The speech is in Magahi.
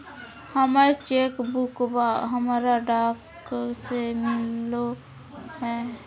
हमर चेक बुकवा हमरा डाक से मिललो हे